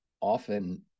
often